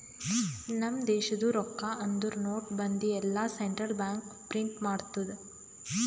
ನಮ್ ದೇಶದು ರೊಕ್ಕಾ ಅಂದುರ್ ನೋಟ್, ಬಂದಿ ಎಲ್ಲಾ ಸೆಂಟ್ರಲ್ ಬ್ಯಾಂಕ್ ಪ್ರಿಂಟ್ ಮಾಡ್ತುದ್